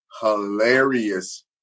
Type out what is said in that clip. hilarious